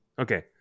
Okay